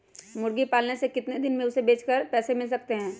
मुर्गी पालने से कितने दिन में हमें उसे बेचकर पैसे मिल सकते हैं?